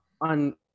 on